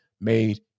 made